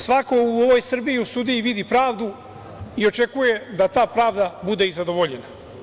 Svako u ovoj Srbiji u sudiji vidi pravdu i očekuje da ta pravda bude i zadovoljena.